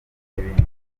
n’ibindi